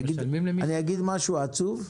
אני אגיד משהו עצוב,